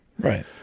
right